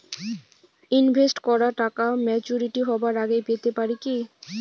Invest করা টাকা maturity হবার আগেই পেতে পারি কি?